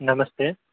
నమస్తే